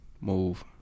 move